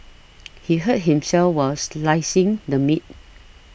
he hurt himself while slicing the meat